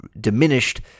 diminished